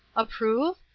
approve?